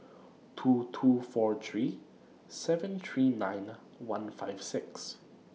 two two four three seven three nine one five six